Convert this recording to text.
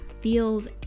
feels